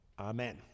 Amen